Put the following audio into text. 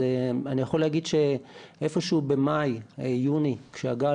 אני יכול להגיד שאיפשהו במאי יוני,